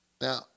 Now